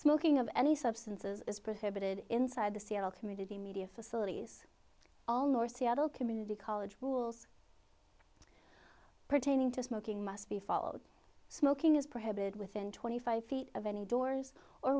smoking of any substances is prohibited inside the seattle community media facilities all north seattle community college rules pertaining to smoking must be followed smoking is prohibited within twenty five feet of any doors or